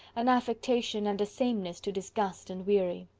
an affectation and a sameness to disgust and weary.